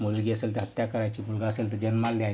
मुलगी असेल तर हत्या करायची मुलगा असेल तर जन्मायला द्यायचं